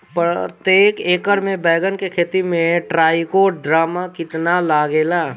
प्रतेक एकर मे बैगन के खेती मे ट्राईकोद्रमा कितना लागेला?